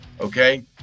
okay